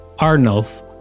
Arnulf